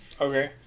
Okay